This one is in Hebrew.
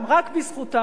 רק בזכותם,